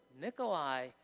Nikolai